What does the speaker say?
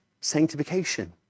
sanctification